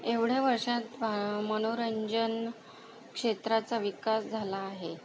एवढ्या वर्षात पहा मनोरंजन क्षेत्राचा विकास झाला आहे